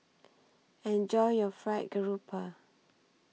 Enjoy your Fried Grouper